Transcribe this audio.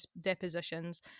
depositions